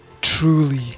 truly